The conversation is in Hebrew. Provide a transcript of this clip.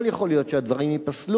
אבל יכול להיות שהדברים ייפסלו.